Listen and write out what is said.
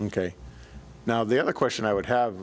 ok now the other question i would have